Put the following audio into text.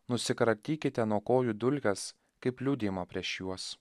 nusikratykite nuo kojų dulkes kaip liudijimą prieš juos